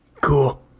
Cool